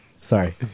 Sorry